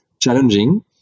challenging